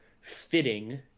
fitting